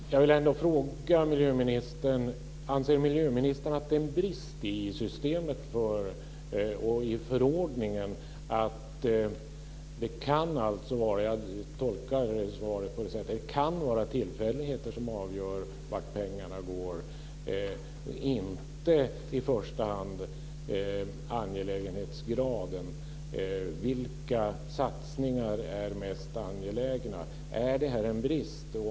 Fru talman! Jag vill ändå fråga miljöministern: Anser miljöministern att det är en brist i systemet och i förordningen? Jag tolkar svaret på det sättet att det kan vara tillfälligheter som avgör vart pengarna går, inte i första hand angelägenhetsgraden. Vilka satsningar är mest angelägna? Är det här en brist?